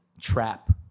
trap